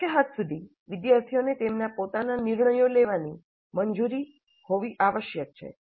શક્ય હદ સુધી વિદ્યાર્થીઓને તેમના પોતાના નિર્ણયો લેવાની મંજૂરી હોવી આવશ્યક છે